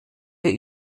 wir